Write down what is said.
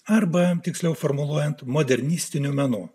arba tiksliau formuluojant modernistiniu menu